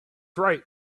right